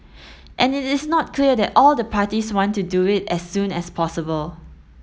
and it is not clear that all the parties want to do it as soon as possible